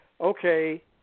okay